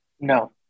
No